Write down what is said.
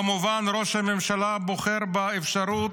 כמובן שראש הממשלה בוחר באפשרות